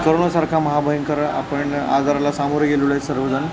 करोनासारखा महाभयंकर आपण आजाराला सामोरे गेलेलो आहे सर्वजण